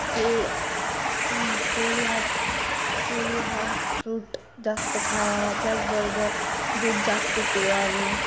केळ केळी हा केळी हा फ्रूट जास्त खावा त्याचबरोबर दूध जास्त प्यावे